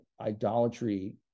idolatry